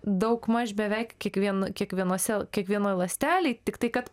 daug maž beveik kiekvien kiekvienuose kiekvienoj ląstelėj tik tai kad